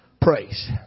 praise